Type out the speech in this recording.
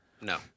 No